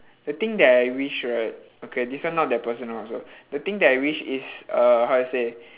the thing that I wish right okay this one not that personal also the thing that I wish is uh how to say